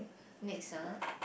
next ah